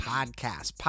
Podcast